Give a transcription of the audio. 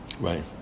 Right